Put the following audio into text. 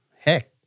heck